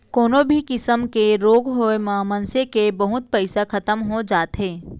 कोनो भी किसम के रोग होय म मनसे के बहुत पइसा खतम हो जाथे